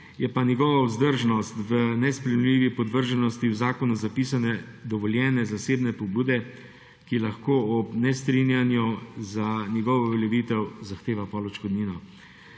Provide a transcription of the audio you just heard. je pa njegova vzdržnost v nesprejemljivi podvrženosti v zakonu zapisani dovoljeni zasebni pobudi, ki lahko ob nestrinjanju za njegovo uveljavitev zahteva potem odškodnino.